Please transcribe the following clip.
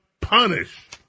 Punish